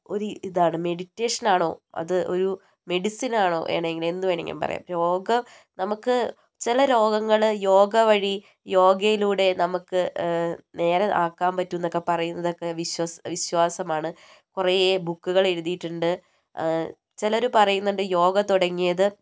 ഒരു ഇതാണ് മെഡിറ്റേഷൻ ആണോ അത് ഒരു മെഡിസിൻ ആണോ വേണമെങ്കിൽ എന്തു വേണമെങ്കിലും പറയാം രോഗം നമുക്ക് ചില രോഗങ്ങൾ യോഗ വഴി യോഗയിലൂടെ നമുക്ക് നേരെ ആക്കാം പറ്റുമെന്നൊക്കെ പറയുന്നതൊക്കെ വിശ്വാസം വിശ്വാസമാണ് കുറേ ബുക്കുകൾ എഴുതീട്ടുണ്ട് ചിലർ പറയുന്നുണ്ട് യോഗ തുടങ്ങിയത്